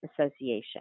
association